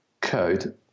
code